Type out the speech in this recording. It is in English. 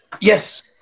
Yes